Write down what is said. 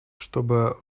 чтобы